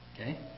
Okay